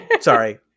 Sorry